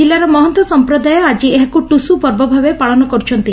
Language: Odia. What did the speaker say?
ଜିଲ୍ଲାର ମହନ୍ତ ସଂପ୍ରଦାୟ ଆଜି ଏହାକୁ ଟୁସୁ ପର୍ବ ଭାବେ ପାଳନ କରୁଛନ୍ତି